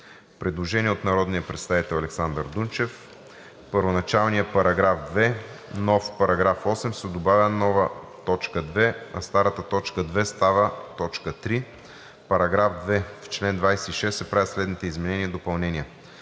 Предложение от народния представител Александър Дунчев: „В първоначалния § 2 (нов § 8) се добавя нова т. 2, а старата точка 2 става точка 3: „§ 2. В чл. 26 се правят следните изменения и допълнения: